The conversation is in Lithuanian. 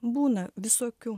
būna visokių